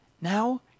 Now